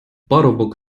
парубок